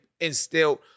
instilled